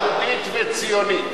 העניין הוא, יהודית וציונית.